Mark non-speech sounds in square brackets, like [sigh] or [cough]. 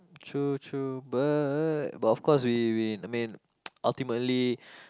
true true but but of course we we mean [noise] ultimately